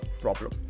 problem